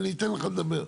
אני אתן לך לדבר.